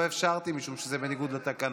ולא אפשרתי משום שזה בניגוד לתקנון.